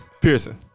Pearson